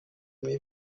mibi